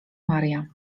maria